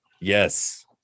Yes